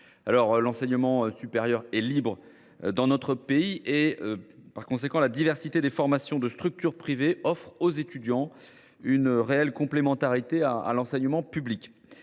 L’enseignement supérieur est libre dans notre pays. Par conséquent, la diversité des formations proposées par des structures privées offre aux étudiants une réelle complémentarité vis à vis de l’enseignement public.